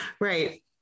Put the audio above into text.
Right